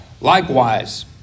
Likewise